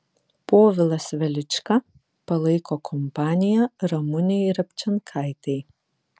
povilas velička palaiko kompaniją ramunei repčenkaitei